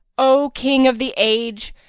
o king of the age,